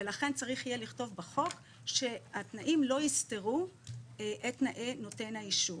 ולכן צריך יהיה לכתוב בחוק שהתנאים לא יסתרו את תנאי נותן האישור.